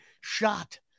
shot